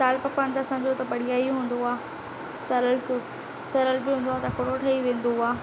दाल पकवान त असांजो त बढ़िया ई हूंदो आहे सरल जो सरल बि हूंदो आहे तकिड़ो ठही वेंदो आहे